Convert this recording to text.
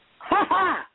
Ha-ha